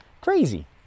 Crazy